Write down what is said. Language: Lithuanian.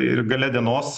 ir gale dienos